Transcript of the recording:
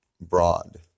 broad